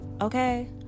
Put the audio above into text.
Okay